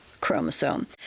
chromosome